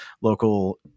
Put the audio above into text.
local